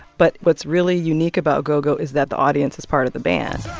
but what's really unique about go-go is that the audience is part of the band